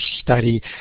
study